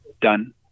done